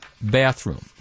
bathroom